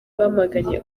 bamaganye